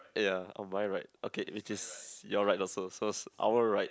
ya on my right okay which is your right also so it's our right